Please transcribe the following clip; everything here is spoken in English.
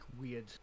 weird